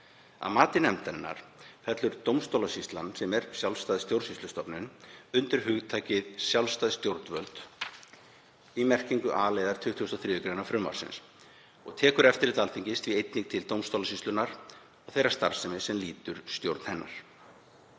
Að mati nefndarinnar fellur dómstólasýslan, sem er sjálfstæð stjórnsýslustofnun, undir hugtakið sjálfstæð stjórnvöld í merkingu a-liðar 23. gr. frumvarpsins og tekur eftirlit Alþingis því einnig til dómstólasýslunnar og þeirrar starfsemi sem lýtur stjórn hennar